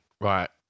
right